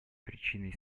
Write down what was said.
причиной